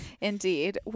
Indeed